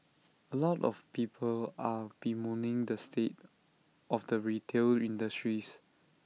A lot of people are bemoaning the state of the retail industries